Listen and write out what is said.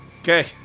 Okay